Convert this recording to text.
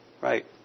Right